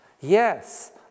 Yes